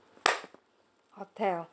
hotel